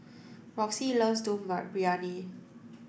Roxie loves Dum Briyani